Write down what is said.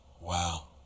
Wow